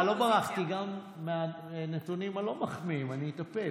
אבל לא ברחתי גם מהנתונים הלא-מחמיאים, אני אטפל.